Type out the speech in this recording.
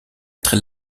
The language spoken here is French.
très